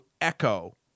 echo